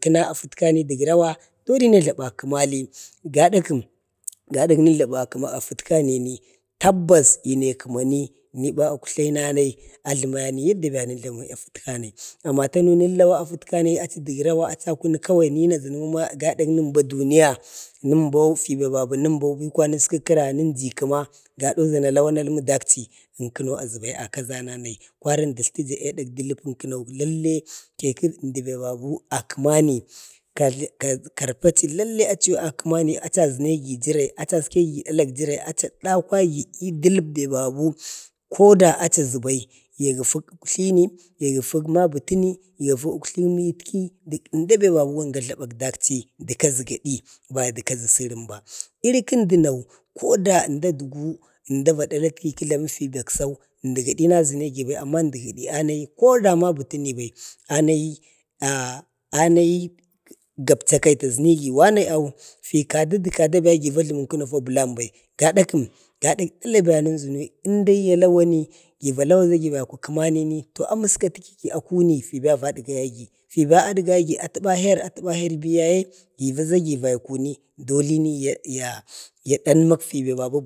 təna afəka ne dək rawa doli najlaba a kəmari. gada kəm, gada nə jlabu a kəma afətkaneni tabbas iyne kəmani yuba uktlenani a jləmiya yadda be nəjlami afətkanai. amma tanau na lawi afətkanai aci dək rawa aci a kunək kawai ni naʒəni gada nəmba duniya, nəmbo fiba baba nəmboba nəsku kəra, nənji kəma na nalwi nalmədak ʒmcho aʒubai a kaʒananai, kwari amdi datltija adak dəpəpənkənau lallai teka əmdi baby a kəmani kajtu ka karfati lallai achi a kəmani achi a ʒənegi jirai achi a dawhagi i dələp be babu ko da aci aʒu bai ya gəfu uktlini, ya gəfu mabətini, uktli metki, əmbabe babu wun ga jlaba daleci də kaʒi gade ba da kaʒi sarən ba. iri kənduno koda əmda dugu əmda va jlamək da latki kə jlamu fi baksau əmdi na aʒonau bai amma əmdi gadina anayi koda mabə tənibai anayi anayi gap chakai taʒənigi 'wanai awu kada də kadagi va jləmi fa bəlan bai, gadakəm, gadak dalaben nən ʒəmu indai ya lawani gi va lawaʒa yalka kəmanini to a məskati kaiki akoni, fi ba adga yagi atəba her atəba nerbii yaye giʒa vagi yaikoni doline ya ya dalmakfe babi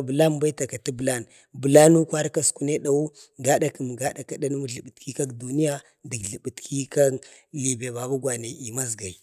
bəlan, bəlanu kwari kaskunai adau gadakəm, gada ka dalini jluwutki kak duniya dək jluwutki kak bati libe baba gwani i masgai